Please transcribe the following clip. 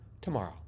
tomorrow